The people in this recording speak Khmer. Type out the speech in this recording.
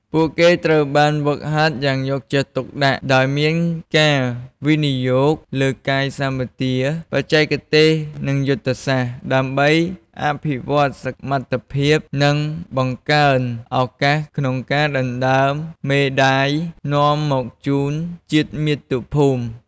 ពួកគេត្រូវបានហ្វឹកហាត់យ៉ាងយកចិត្តទុកដាក់ ដោយមានការវិនិយោគលើកាយសម្បទា បច្ចេកទេស និងយុទ្ធសាស្ត្រ ដើម្បីអភិវឌ្ឍសមត្ថភាព និងបង្កើនឱកាសក្នុងការដណ្ដើមមេដាយនាំមកជូនជាតិមាតុភូមិ។